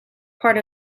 part